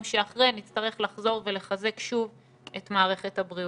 שאחרי נצטרך לחזור ולחזק שוב את מערכת הבריאות.